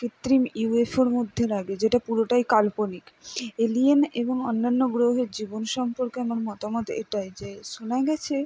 কৃত্রিম ইউএফওর মধ্যে লাগে যেটা পুরোটাই কাল্পনিক এলিয়েন এবং অন্যান্য গ্রহের জীবন সম্পর্কে আমার মতামত এটাই যে শোনা গেছে